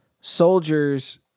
soldiers